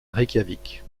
reykjavik